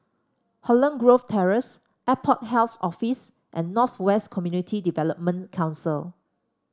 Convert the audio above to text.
Holland Grove Terrace Airport Health Office and North West Community Development Council